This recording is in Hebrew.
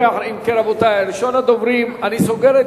אם כן, רבותי, ראשון הדוברים, אני סוגר את